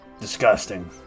Disgusting